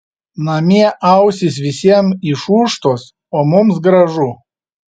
namie ausys visiems išūžtos o mums gražu